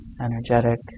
energetic